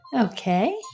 Okay